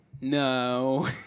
No